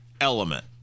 element